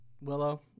Willow